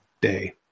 day